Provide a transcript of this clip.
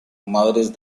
madres